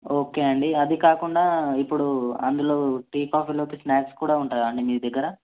okay అండి అది కాకుండా ఇప్పుడు అందులో టీ కాఫీలోకి స్న్యాక్స్ కూడా ఉంటాయా అండి మీ దగ్గర